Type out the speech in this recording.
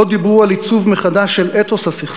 לא דיברו על עיצוב מחדש של אתוס הסכסוך,